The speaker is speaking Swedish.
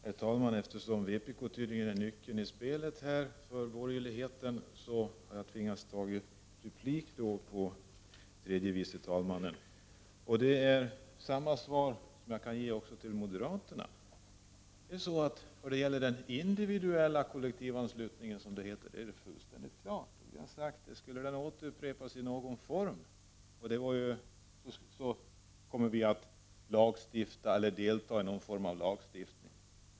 Herr talman! Eftersom vpk tydligen har en nyckelroll i det här spelet, att döma av borgerlighetens uttalanden, har jag tvingats begära replik med anledning av vad tredje vice talmannen sade. Svaret blir detsamma till moderaterna. När det gäller den individuella kollektivanslutningen, som det heter, är det fullständigt klart var vi står. Vi har sagt att skulle den återupprepas i en eller annan form, kommer vi att medverka till någon form av lagstiftning.